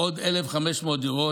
לעוד 1,500 דירות,